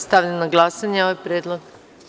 Stavljam na glasanje ovaj predlog.